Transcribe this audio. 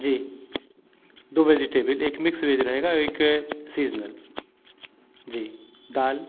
जी दो वेजिटेबल एक mix veg रहेगा एक सीज़नल जी दाल